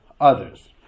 others